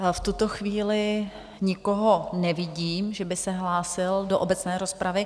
V tuto chvíli nikoho nevidím, že by se hlásil do obecné rozpravy.